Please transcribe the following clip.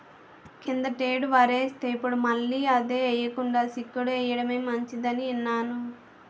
కిందటేడు వరేస్తే, ఇప్పుడు మళ్ళీ అదే ఎయ్యకుండా చిక్కుడు ఎయ్యడమే మంచిదని ఇన్నాను